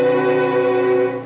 is